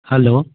hello